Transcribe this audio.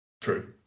True